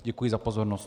Děkuji za pozornost.